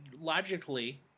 logically